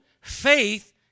faith